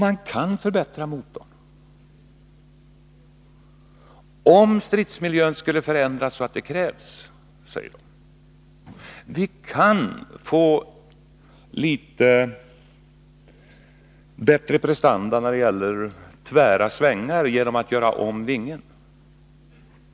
Man kan förbättra motorn, om stridsmiljön skulle förändras så att det krävs. Vi kan få litet bättre prestanda när det gäller tvära svängar, genom att göra om vingen.